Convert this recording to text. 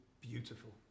beautiful